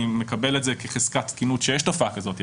אני מקבל את זה כחזקת תקינות יש תופעה כזאת,